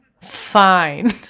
Fine